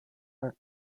are